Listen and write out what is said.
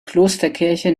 klosterkirche